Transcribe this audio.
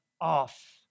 off